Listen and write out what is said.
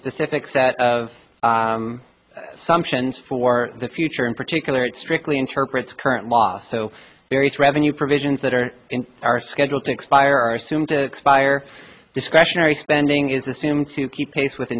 specific set of sumption for the future in particular it's strictly interpret the current law so various revenue provisions that are in are scheduled to expire are assumed to expire discretionary spending is assumed to keep pace with